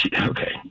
okay